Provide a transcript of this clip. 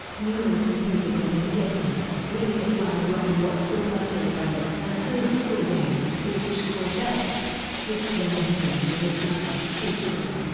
newman competed into his eighty s, winning at lime rock in what former co-driver sam posey called a brutish corvette displaying his age as its number eighty one.